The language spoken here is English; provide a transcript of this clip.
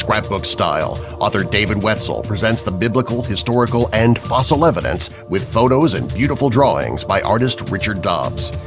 scrapbook style, author david woetzel presents the biblical, historical, and fossil evidence with photos and beautiful drawings by artist richard dobbs.